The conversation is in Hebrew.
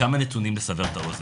כמה נתונים לסבר את האוזן.